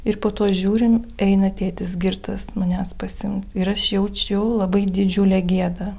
ir po to žiūrim eina tėtis girtas manęs pasiimt ir aš jaučiu labai didžiulę gėdą